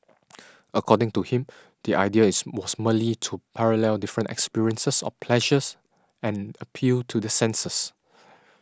according to him the idea was merely to parallel different experiences of pleasures and appeal to the senses